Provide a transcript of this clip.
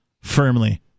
firmly